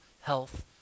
health